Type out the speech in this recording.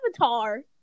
Avatar